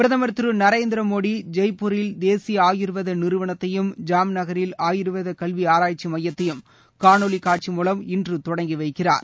பிரதமர் திருநரேந்திர மோடி ஜெப்பூரில் தேசிய ஆயுர்வேத நிறுவனத்தையும் ஜாம்நகரில் ஆயுர்வேத கல்வி ஆராய்ச்சி மையத்தையும் காணொளி காட்சி மூவம் இன்று தொடங்கி வைக்கிறார்